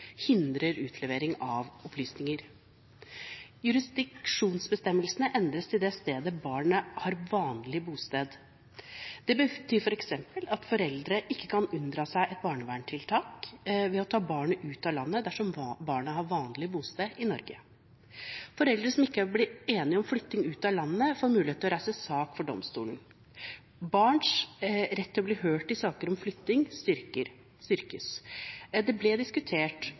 hindrer utlevering av opplysninger. Jurisdiksjonsbestemmelsene endres til det stedet barnet har vanlig bosted. Det betyr f.eks. at foreldre ikke kan unndra seg et barnevernstiltak ved å ta barnet ut av landet dersom barnet har vanlig bosted i Norge. Foreldre som ikke blir enige ved flytting ut av landet, får mulighet til å reise sak for domstolen. Barns rett til å bli hørt i saker om flytting styrkes. Det ble diskutert